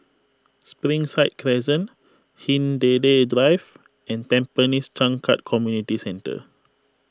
Springside Crescent Hindhede Drive and Tampines Changkat Community Centre